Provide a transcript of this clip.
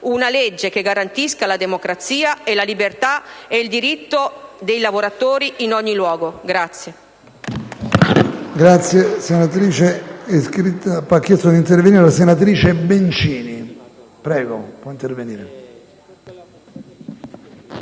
una legge che garantisca la democrazia e la libertà e il diritto dei lavoratori in ogni luogo.